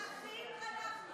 אחים אנחנו,